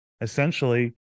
essentially